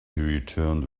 returned